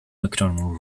macdonald